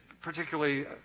particularly